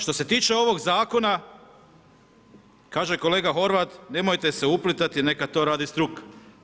Što se tiče ovog zakona, kaže kolega Horvat, nemojte se uplitati, neka to radi struka.